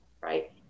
right